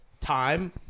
time